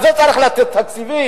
על זה צריך לתת תקציבים?